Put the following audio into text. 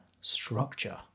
structure